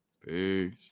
Peace